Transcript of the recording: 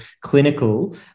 clinical